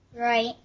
Right